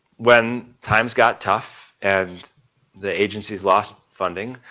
when times got tough and the agencies lost funding,